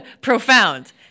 profound